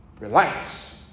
relax